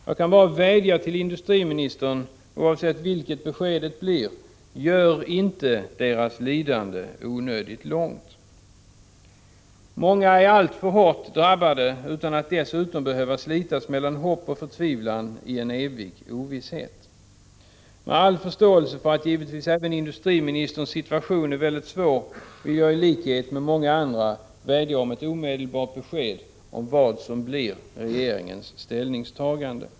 Jag kan bara vädja till industriministern: Gör inte, oavsett vilket besked det blir, deras lidande onödigt långt! Många är alltför hårt drabbade, utan att dessutom behöva slitas mellan hopp och förtvivlan i en evig ovisshet. Med all förståelse för att givetvis även industriministerns situation är väldigt svår vill jag i likhet med många andra vädja om ett omedelbart besked om vad som blir regeringens ställningstagande.